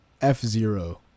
f-zero